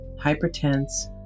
hyper-tense